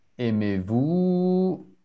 Aimez-vous